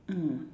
mm